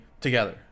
together